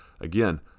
again